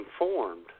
informed